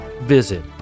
Visit